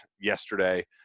yesterday